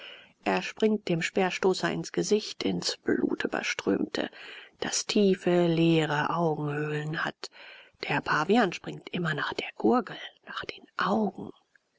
er springt dem speerstoßer ins gesicht ins blutüberströmte das tiefe leere augenhöhlen hat der pavian springt immer nach der gurgel nach den augen